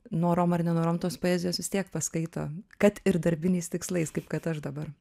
norom ar nenorom tos poezijos vis tiek paskaito kad ir darbiniais tikslais kaip kad aš dabar